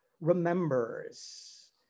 remembers